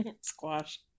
Squash